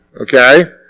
Okay